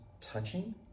touching